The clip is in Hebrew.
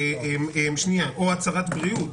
או הצהרת בריאות,